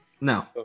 No